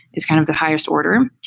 is kind of the highest order.